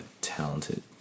talented